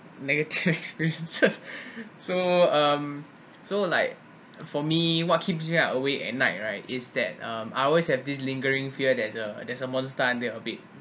negative experiences so um so like for me what keeps me awake at night right is that um I always have this lingering fear there's a there's a monster ah they'll be